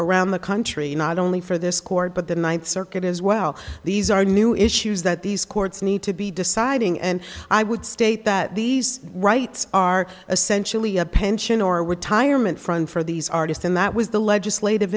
around the country not only for this court but the ninth circuit as well these are new issues that these courts need to be deciding and i would state that these rights are essentially a pension or retirement front for these artists and that was the legislative